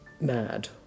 mad